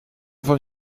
van